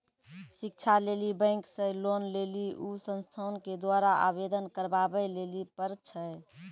शिक्षा लेली बैंक से लोन लेली उ संस्थान के द्वारा आवेदन करबाबै लेली पर छै?